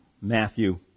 Matthew